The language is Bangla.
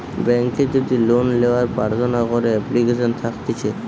বেংকে যদি লোন লেওয়ার প্রার্থনা করে এপ্লিকেশন থাকতিছে